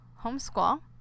homeschool